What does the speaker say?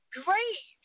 great